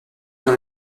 dans